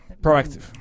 Proactive